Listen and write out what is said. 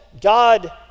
God